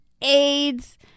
AIDS